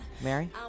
Mary